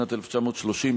בשנת 1930,